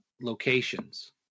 locations